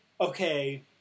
okay